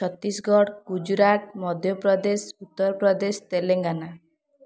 Chhattisgarh Gujarat Madhya Pradesh Uttar Pradesh Telangana